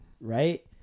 Right